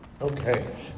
Okay